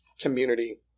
community